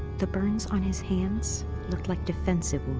the burns on his hands look like defensive wounds,